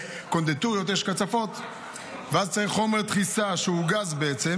כך שגם לחייל המשרת במילואים לא אמורה להיות בעיה ברישום,